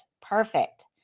Perfect